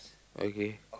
okay